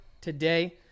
today